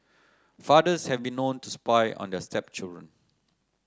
fathers have been known to spy on their stepchildren